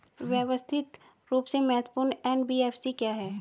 व्यवस्थित रूप से महत्वपूर्ण एन.बी.एफ.सी क्या हैं?